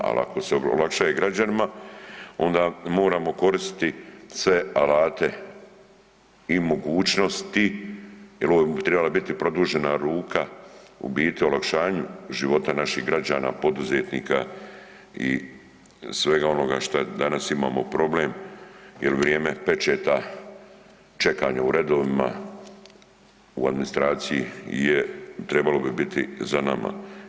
Al ako se olakšaje građanima onda moramo koristiti sve alate i mogućnosti jel ovo bi tribala biti produžena ruka u biti olakšanju života naših građana, poduzetnika i svega onoga šta danas imamo problem jel vrijeme pečeta, čekanja u redovima u administraciji je, trebalo bi biti za nama.